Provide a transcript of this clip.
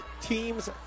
team's